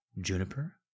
Juniper